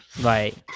Right